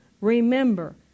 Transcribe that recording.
remember